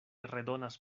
redonas